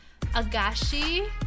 agashi